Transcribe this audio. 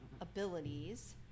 abilities